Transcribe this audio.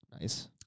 Nice